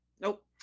Nope